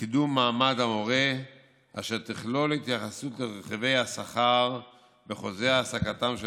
לקידום מעמד המורה אשר תכלול התייחסות לרכיבי השכר בחוזה העסקתם של